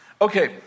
Okay